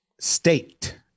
State